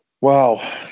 Wow